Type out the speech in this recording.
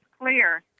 clear